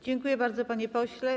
Dziękuję bardzo, panie pośle.